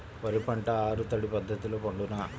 వరి పంట ఆరు తడి పద్ధతిలో పండునా?